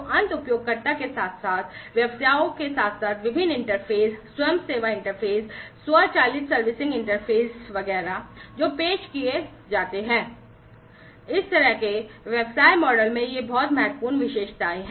अंत उपयोगकर्ता के साथ साथ व्यवसायों के साथ साथ विभिन्न इंटरफेस स्व सेवा इंटरफेस स्वचालित सर्विसिंग इंटरफेस वगैरह जो पेश किए जाते हैं इस तरह के व्यवसाय मॉडल में ये बहुत महत्वपूर्ण विशेषताएं हैं